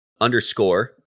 underscore